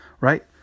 right